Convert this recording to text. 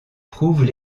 prouvent